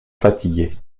fatigué